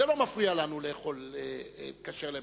זה לא מפריע לאכול כשר למהדרין.